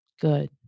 Good